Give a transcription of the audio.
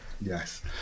Yes